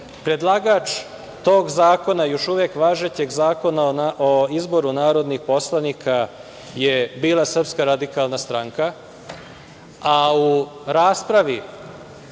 predlagač tog zakona, još uvek važećeg Zakona o izboru narodnih poslanika, bila je Srpska radikalna stranka, a u raspravi